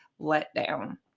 letdown